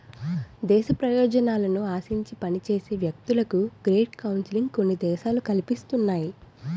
దేశ ప్రయోజనాలను ఆశించి పనిచేసే వ్యక్తులకు గ్రేట్ కౌన్సిలింగ్ కొన్ని దేశాలు కల్పిస్తున్నాయి